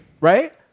Right